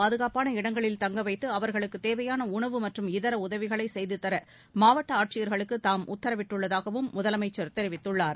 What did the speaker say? பாதுகாப்பான இடங்களில் தங்க வைத்து அவா்களுக்கு தேவையாள உணவு மற்றும் இதர உதவிகளை செய்து தர மாவட்ட ஆட்சியர்களுக்கு தாம் உத்தரவிட்டுள்ளதாகவும் முதலமைச்சர் தெரிவித்துள்ளார்